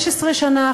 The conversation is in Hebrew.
15 שנה,